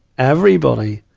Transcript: everybody,